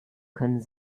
können